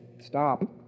stop